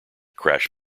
crash